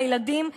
והילדים אתם.